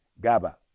GABA